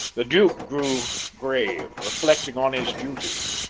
the duke grew grave, reflecting on his duty.